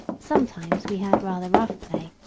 sometimes we had rather rough play,